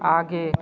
आगे